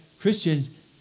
Christians